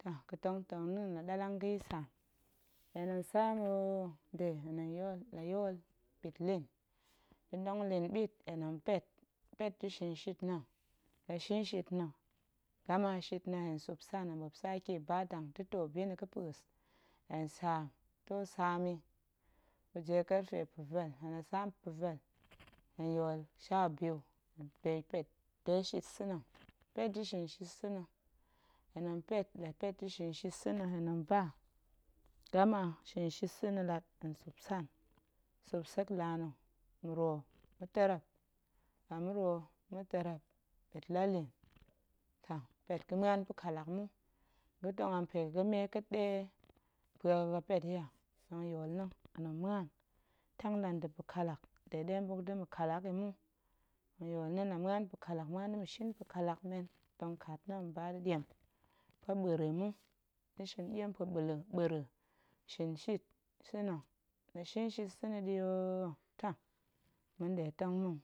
toh ga̱tong too na̱ la ɗallang ga̱ yitsaam, toh hen tong saam hoo, nde la yool la yool ɓitlin, ga̱tong lin ɓit hen tong pet, pet da̱ shinshit na̱, gama shit na̱ hen sup san, hen ɓop sake ba da̱ too bi na̱ ga̱pa̱a̱s, hen saam too saam yi, weje kefe pa̱vel, hen la saam pa̱vel, hen yool shiabiu de pet de shit sa̱ na̱, pet da̱ shinshit sa̱ na̱, hen na̱ pet, pet da̱ shinshit sa̱ na̱, hen na̱ ba gama ga̱shin shit sa̱ na̱ lat, hen sup san sup sek laa na̱, ma̱ru ma̱terrep, la ma̱ru ma̱terrep, ɓit la ɗa lin toh pet ga̱ muan pa̱ ƙallak mu, ga̱tong a mpe ga̱ ga̱me ƙa̱a̱t ɗe pue ga̱ ga̱pet yi a, tong yool na̱ hen tong muan tang la nda̱ pa̱ ƙallak de ɗe ma̱ buk da̱ ma̱ ƙallak yi mu, ga̱yool na̱ la muan tang la nda̱ pa̱ ƙallak muan da̱ ma̱shin pa̱ ƙallak men tong kat na̱ ba da̱ ma̱ɗiem pue ɓa̱ra̱a̱ mu, da̱ shin ɗiem pue ɓara̱a̱ shinshit sa̱ na̱, la shinshit sa̱ ɗi hoo toh ma̱nɗe tong ma̱n.